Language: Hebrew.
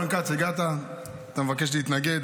רון כץ, הגעת, אתה מבקש להתנגד.